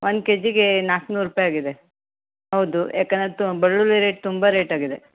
one K ಜಿಗೆ ನಾನೂರು ರೂಪಾಯಿ ಆಗಿದೆ ಹೌದು ಯಾಕಂದರೆ ತು ಬೆಳ್ಳುಳ್ಳಿ ರೇಟ್ ತುಂಬ ರೇಟ್ ಆಗಿದೆ